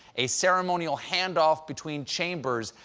a ceremonial handoff between chambers,